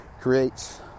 creates